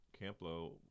Camplo